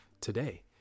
today